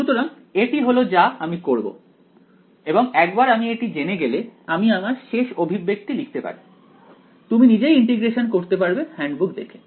সুতরাং এটি হলো যা আমি করব এবং একবার আমি এটি জেনে গেলে আমি আমার শেষ অভিব্যক্তি লিখতে পারি তুমি নিজেই ইন্টিগ্রেশন করতে পারবে হ্যান্ডবুক দেখে